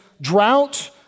drought